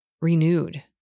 renewed